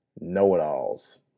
know-it-alls